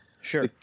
Sure